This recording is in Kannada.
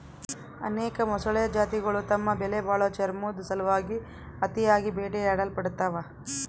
ಅನೇಕ ಮೊಸಳೆ ಜಾತಿಗುಳು ತಮ್ಮ ಬೆಲೆಬಾಳೋ ಚರ್ಮುದ್ ಸಲುವಾಗಿ ಅತಿಯಾಗಿ ಬೇಟೆಯಾಡಲ್ಪಡ್ತವ